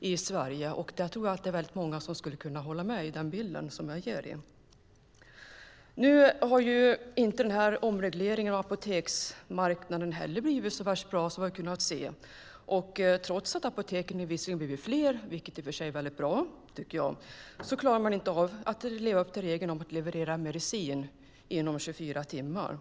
i Sverige. Jag tror att många kan hålla med om den bilden. Nu har omregleringen av apoteksmarknaden inte blivit så värst bra, som vi kunnat se. Apoteken har visserligen blivit fler, vilket i och för sig är bra, men de klarar inte av att leva upp till regeln att leverera medicin inom 24 timmar.